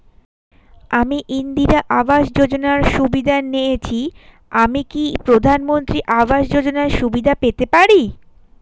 আমি ইন্দিরা আবাস যোজনার সুবিধা নেয়েছি আমি কি প্রধানমন্ত্রী আবাস যোজনা সুবিধা পেতে পারি?